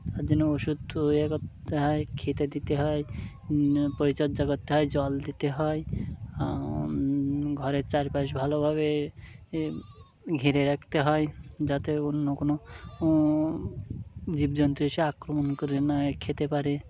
তার জন্য ওষুধ তৈরি করতে হয় খেতে দিতে হয় পরিচর্যা করতে হয় জল দিতে হয় ঘরের চারপাশ ভালোভাবে ঘিরে রাখতে হয় যাতে অন্য কোনো জীবজন্তু এসে আক্রমণ করে না খেতে পারে